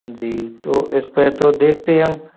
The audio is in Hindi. जी तो इस पे तो देखते हैं हम